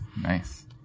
Nice